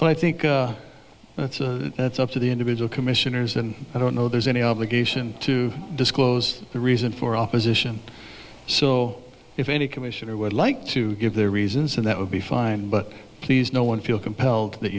think that's up to the individual commissioners and i don't know there's any obligation to disclose the reason for opposition so if any commissioner would like to give their reasons and that would be fine but please no one feel compelled that